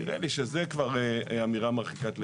נראה לי שזה כבר אמירה מרחיקת לכת.